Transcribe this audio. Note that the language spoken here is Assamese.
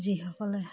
যিসকলে খেলত